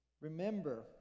Remember